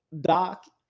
Doc